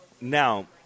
now